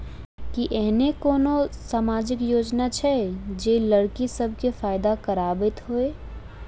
की एहेन कोनो सामाजिक योजना छै जे लड़की सब केँ फैदा कराबैत होइ?